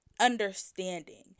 understanding